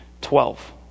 twelve